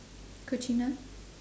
cucina